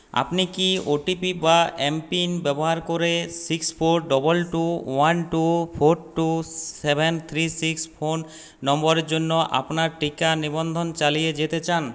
আপনি কি ওটিপি বা এমপিন ব্যবহার করে six four double two one two four two seven three six phone নম্বরের জন্য আপনার টিকা নিবন্ধন চালিয়ে যেতে চান